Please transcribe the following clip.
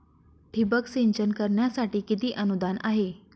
ठिबक सिंचन करण्यासाठी किती अनुदान आहे?